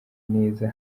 neza